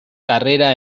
carrera